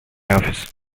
office